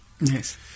yes